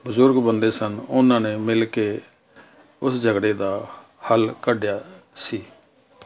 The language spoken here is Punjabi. ਬਜ਼ੁਰਗ ਬੰਦੇ ਸਨ ਉਹਨਾਂ ਨੇ ਮਿਲ ਕੇ ਉਸ ਝਗੜੇ ਦਾ ਹੱਲ ਕੱਢਿਆ ਸੀ